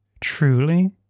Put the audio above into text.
Truly